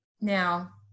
Now